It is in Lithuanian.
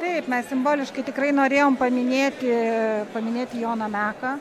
taip mes simboliškai tikrai norėjom paminėti paminėti joną meką